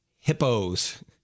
hippos